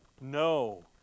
No